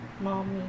Mommy